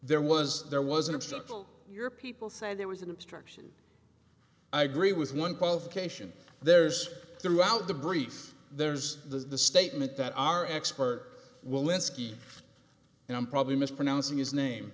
there was there wasn't your people say there was an obstruction i agree with one qualification there's throughout the brief there's the statement that our expert will linsky and i'm probably mispronouncing his name